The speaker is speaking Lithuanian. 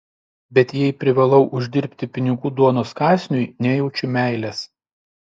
bet jei privalau uždirbti pinigų duonos kąsniui nejaučiu meilės